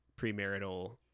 premarital